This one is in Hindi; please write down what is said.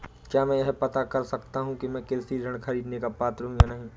क्या मैं यह पता कर सकता हूँ कि मैं कृषि ऋण ख़रीदने का पात्र हूँ या नहीं?